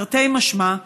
תרתי משמע,